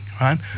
right